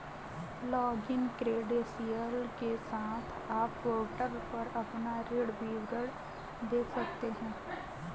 login credential के साथ, आप पोर्टल पर अपना ऋण विवरण देख सकते हैं